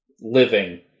living